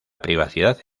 privacidad